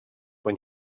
when